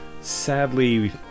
Sadly